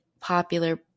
popular